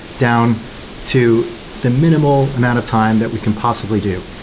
down to the minimal amount of time that we can possibly do.